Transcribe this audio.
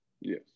Yes